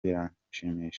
biranshimisha